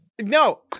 No